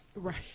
Right